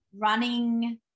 running